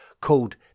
called